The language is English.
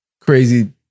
crazy